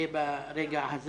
מברוק.